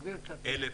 עובדים; 1,00